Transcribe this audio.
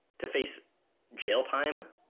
to face jail time?